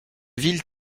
ville